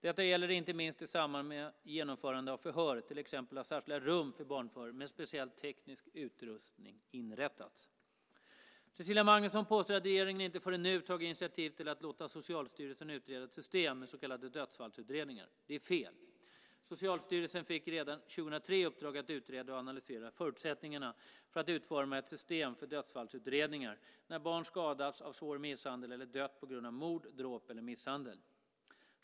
Detta gäller inte minst i samband med genomförande av förhör, till exempel har särskilda rum för barnförhör med speciell teknisk utrustning inrättats. Cecilia Magnusson påstår att regeringen inte förrän nu tagit initiativ till att låta Socialstyrelsen utreda ett system med så kallade dödsfallsutredningar. Det är fel. Socialstyrelsen fick redan år 2003 i uppdrag att utreda och analysera förutsättningarna för att utforma ett system för dödsfallsutredningar när barn skadats av svår misshandel eller dött på grund av mord, dråp eller misshandel.